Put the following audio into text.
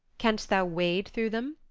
canst thou wade through them?